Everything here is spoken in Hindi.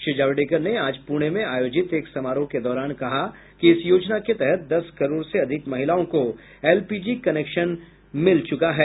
श्री जावड़ेकर ने आज पुणे में आयोजित एक समारोह के दौरान कहा कि इस योजना के तहत दस करोड़ से अधिक महिलाओं को एलपीजी कनेक्शन मिल चुका है